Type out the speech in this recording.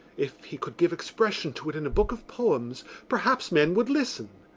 if he could give expression to it in a book of poems perhaps men would listen.